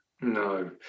No